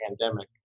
pandemic